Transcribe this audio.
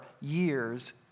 years